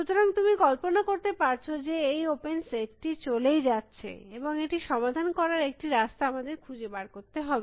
সুতরাং তুমি কল্পনা করতে পারছ যে এই ওপেন সেট টি চলেই যাচ্ছে এবং এটি সমাধান করার একটি রাস্তা আমাদের খুঁজে বার করতে হবে